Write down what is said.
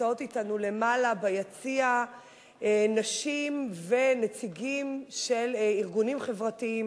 נמצאים אתנו למעלה ביציע נשים ונציגים של ארגונים חברתיים